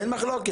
אין מחלוקת.